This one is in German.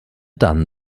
dann